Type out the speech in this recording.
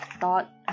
thought